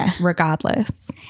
regardless